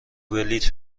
بلیط